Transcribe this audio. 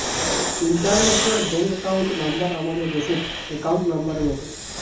international bank account number আমাদের দেশের account নম্বরের মত